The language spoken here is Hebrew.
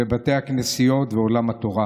בתי הכנסיות ועולם התורה.